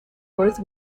worth